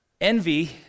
Envy